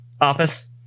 office